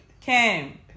Kim